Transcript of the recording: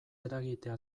eragitea